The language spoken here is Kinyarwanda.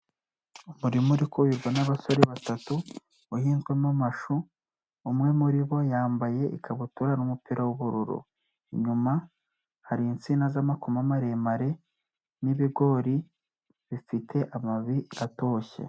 Umurima uri kuhirwa n'abasore batatu, uhinzwemo amashu. Umwe muri bo yambaye ikabutura n'umupira w'ubururu. Inyuma hari insina z'amakoma maremare n'ibigori bifite amababi atoshye.